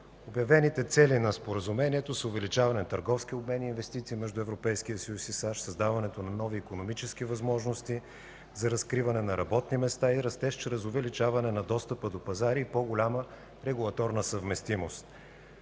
Обявените цели на Споразумението са увеличаване на търговския обмен и инвестиции между Европейския съюз и САЩ, създаването на нови икономически възможности за разкриване на работни места и растеж чрез увеличаване на достъпа до пазари и по-голяма регулаторна съвместимост.